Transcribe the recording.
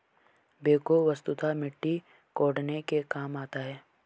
backhoe वस्तुतः मिट्टी कोड़ने के काम आता है